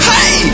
Hey